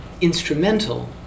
instrumental